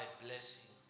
blessing